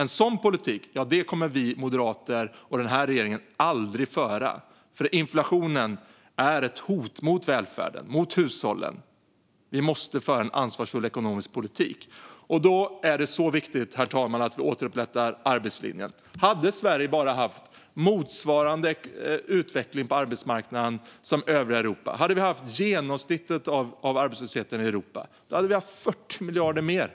En sådan politik kommer vi moderater och den här regeringen aldrig att föra, för inflationen är ett hot mot välfärden och mot hushållen. Vi måste föra en ansvarsfull ekonomisk politik. Då är det så viktigt, herr talman, att vi återupprättar arbetslinjen. Hade Sverige bara haft motsvarande utveckling på arbetsmarknaden som övriga Europa, om vi hade haft genomsnittet av arbetslösheten i Europa, så hade vi haft 40 miljarder mer